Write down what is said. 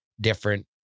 different